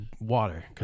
water